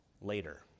later